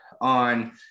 on